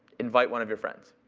invite one of your friends.